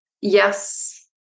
Yes